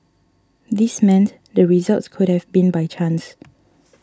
this meant the results could have been by chance